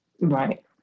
Right